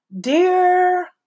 dear